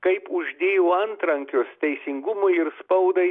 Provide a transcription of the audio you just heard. kaip uždėjo antrankius teisingumui ir spaudai